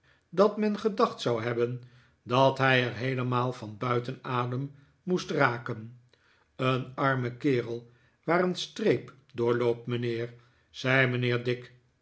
dat men gedacht zou hebben dat hij er heelemaal van buiten adem moest raken een arme kerel waar een streep door loopt mijnheer zei mijnheer dick